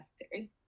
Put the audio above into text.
necessary